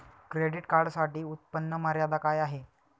Credit कार्डसाठी उत्त्पन्न मर्यादा काय आहे?